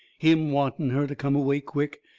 him wanting her to come away quick,